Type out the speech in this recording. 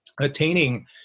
attaining